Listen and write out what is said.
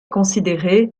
considéré